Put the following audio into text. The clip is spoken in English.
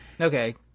Okay